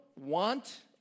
want